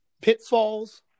pitfalls